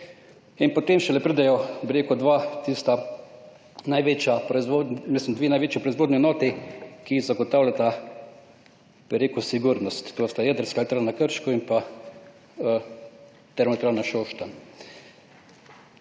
in potem šele pridejo, bi rekel dva tista največja, mislim dve največji proizvodnji enoti, ki zagotavljata, bi rekel sigurnost. To sta jedrska elektrarna Krško in pa termoelektrarna Šoštanj.